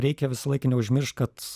reikia visąlaik neužmiršt kad